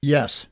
Yes